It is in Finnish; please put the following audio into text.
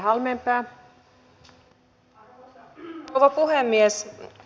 arvoisa rouva puhemies